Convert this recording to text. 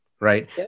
Right